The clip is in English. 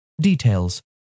Details